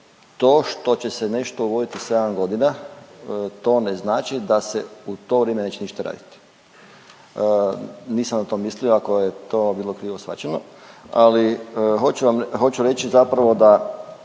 to što će se nešto uvoditi u 7 godina, to ne znači da se u to vrijeme neće ništa raditi. Nisam na to mislio, ako je to bilo krivo shvaćeno, ali hoću .../nerazumljivo/... hoću reći zapravo da